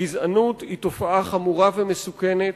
גזענות היא תופעה חמורה ומסוכנת.